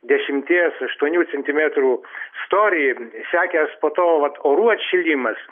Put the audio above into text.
dešimties aštuonių centimetrų storį sekęs po to vat orų atšilimas